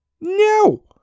No